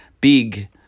big